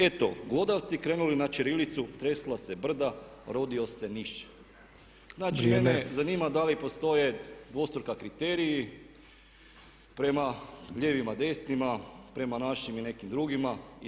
Eto glodavci krenuli na ćirilicu, tresla se brda, rodio se miš!“ Znači mene zanima da li postoje dvostruki kriteriji, prema lijevima, desnima, prema našim i nekim drugima itd.